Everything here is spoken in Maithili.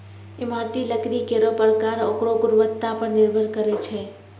इमारती लकड़ी केरो परकार ओकरो गुणवत्ता पर निर्भर करै छै